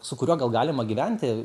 su kuriuo gal galima gyventi